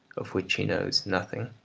of which he knows nothing,